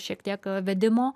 šiek tiek vedimo